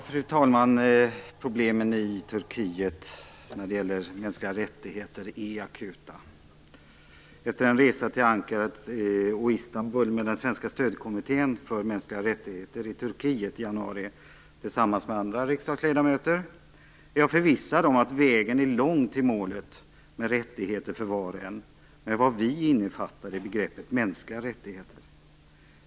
Fru talman! Problemen i Turkiet när det gäller mänskliga rättigheter är akuta. Efter en resa tillsammans med andra riksdagsledamöter till Ankara och Istanbul med den svenska stödkommittén för mänskliga rättigheter i Turkiet i januari blev jag förvissad om att vägen är lång till målet, rättigheter för var och en, åtminstone till det vi innefattar i begreppet mänskliga rättigheter.